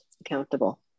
accountable